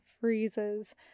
freezes